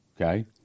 okay